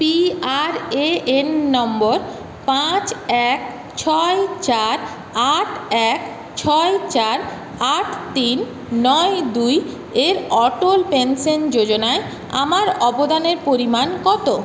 P R A N নম্বর পাঁচ এক ছয় চার আট এক ছয় চার আট তিন নয় দুই এর অটল পেনশন যোজনায় আমার অবদানের পরিমাণ কত